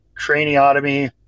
craniotomy